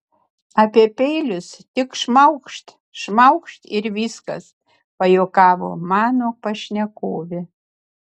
apie peilius tik šmaukšt šmaukšt ir viskas pajuokavo mano pašnekovė